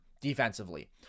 defensively